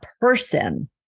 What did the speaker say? person